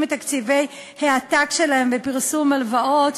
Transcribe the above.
את תקציבי העתק שלהם בפרסום הלוואות.